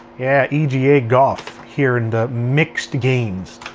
yeah, ega golf here in the mixed games.